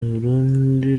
burundi